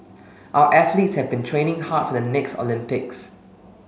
our athlete have been training hard for the next Olympics